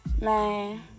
Man